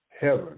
heaven